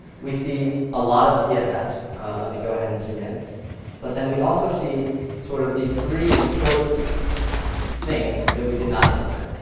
we see a lot of css let me go ahead and zoom in but then we also see sort of these three important things that we did not implement.